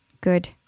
Good